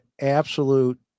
absolute